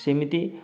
ସେମିତି